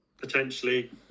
potentially